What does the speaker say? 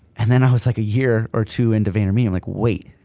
and then i was like, a year or two into vaynermedia, i'm like, wait,